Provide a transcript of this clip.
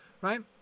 right